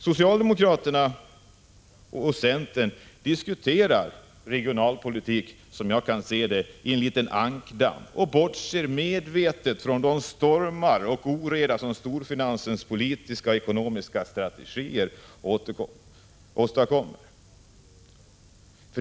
Socialdemokraterna och centern diskuterar, som jag ser det, regionalpolitik i en liten ankdamm och bortser medvetet från de stormar och den oreda som storfinansens politiska och ekonomiska strategier åstadkommer.